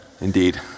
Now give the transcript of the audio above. Indeed